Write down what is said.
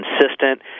consistent